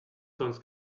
sonst